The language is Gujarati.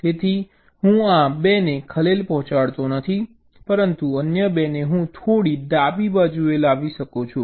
તેથી હું આ 2 ને ખલેલ પહોંચાડતો નથી પરંતુ અન્ય 2 ને હું થોડી ડાબી બાજુએ લાવી શકું છું